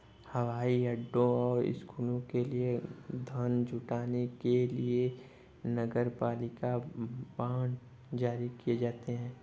हवाई अड्डों और स्कूलों के लिए धन जुटाने के लिए नगरपालिका बांड जारी किए जाते हैं